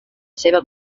seva